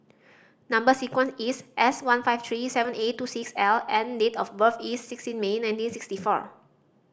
number sequence is S one five three seven eight two six L and date of birth is sixteen May nineteen sixty four